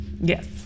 Yes